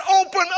open